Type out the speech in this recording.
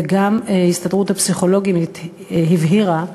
וגם הסתדרות הפסיכולוגים הבהירה,